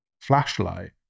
flashlight